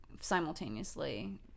simultaneously